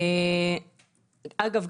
אגב,